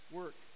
work